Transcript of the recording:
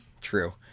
True